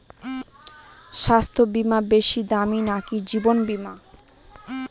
স্বাস্থ্য বীমা বেশী দামী নাকি জীবন বীমা?